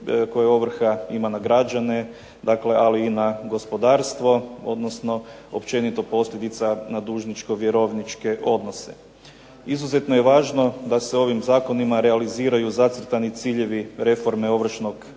koje ovrha ima na građane, dakle i na gospodarstvo, odnosno općenito posljedica na dužničko vjerovničke odnose. Izuzetno je važno da se ovim zakonima realiziraju zacrtani ciljevi reforme ovršnog sustava